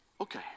Okay